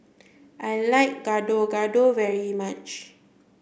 I like Gado Gado very much